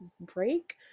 break